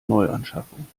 neuanschaffung